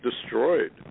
destroyed